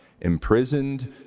Imprisoned